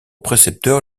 précepteur